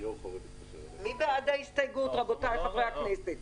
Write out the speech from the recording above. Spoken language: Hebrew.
מי בעד ההסתייגות, רבותיי חברי הכנסת?